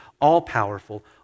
all-powerful